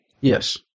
Yes